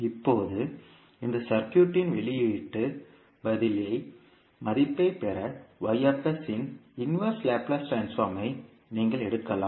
இப்போது இந்த சர்க்யூட்களின் வெளியீட்டு பதிலின் மதிப்பைப் பெற இன் தலைகீழ் லாப்லேஸ் ட்ரான்ஸ்போர்ம்மை நீங்கள் எடுக்கலாம்